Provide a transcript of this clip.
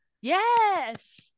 Yes